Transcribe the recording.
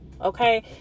okay